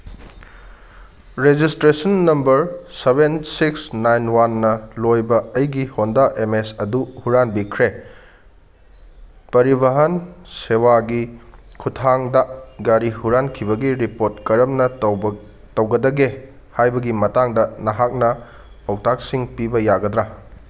registration number seven six nine ꯋꯥꯟꯅ ꯂꯣꯏꯕ ꯑꯩꯒꯤ ꯍꯣꯟꯗꯥ ꯑꯦꯃꯦꯁ ꯑꯗꯨ ꯍꯨꯔꯥꯟꯕꯤꯈ꯭ꯔꯦ ꯄꯔꯤꯚꯥꯟ ꯁꯦꯕꯥꯒꯤ ꯈꯨꯠꯊꯥꯡꯗ ꯒꯥꯔꯤ ꯍꯨꯔꯥꯟꯈꯤꯕꯒꯤ ꯔꯤꯄꯣꯔꯠ ꯀꯔꯝꯅ ꯇꯧꯒꯗꯒꯦ ꯍꯥꯏꯕꯒꯤ ꯃꯇꯥꯡꯗ ꯅꯍꯥꯛꯅ ꯄꯧꯇꯥꯛꯁꯤꯡ ꯄꯤꯕ ꯌꯥꯒꯗ꯭ꯔꯥ